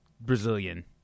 Brazilian